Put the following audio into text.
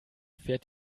fährt